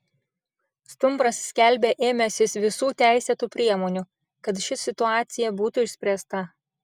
stumbras skelbia ėmęsis visų teisėtų priemonių kad ši situacija būtų išspręsta